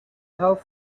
help